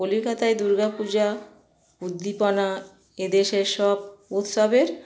কলিকাতায় দুর্গা পূজা উদ্দীপনা এদেশের সব উৎসবের